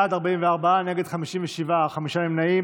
בעד, 44, נגד, 57, חמישה נמנעים.